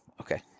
Okay